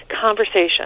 conversation